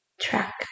track